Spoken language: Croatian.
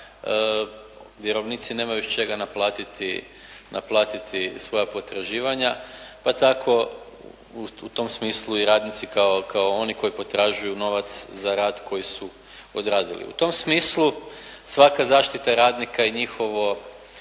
vjerovnici nemaju iz čega naplatiti svoja potraživanja pa tako u tom smislu i radnici kao oni koji potražuju novac za rad koji su odradili. U tom smislu svaka zaštita radnika i